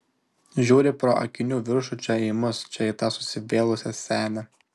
žiūri pro akinių viršų čia į mus čia į tą susivėlusią senę